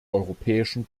europäischen